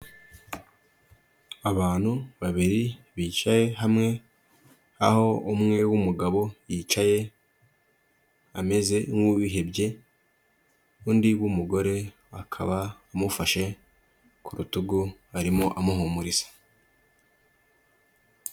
Abantu babiri bicaye hamwe, aho umwe w'umugabo yicaye ameze nk'uwihebye, undi w'umugore akaba amufashe ku rutugu arimo amuhumuriza.